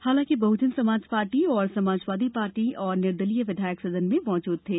हालांकि Bahujan Samaj party Samajwadi party और निर्दलीय विधायक सदन में मौजूद थे